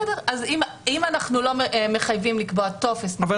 אם אנחנו לא מחייבים לקבוע טופס -- אנחנו